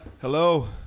Hello